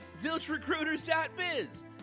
zilchrecruiters.biz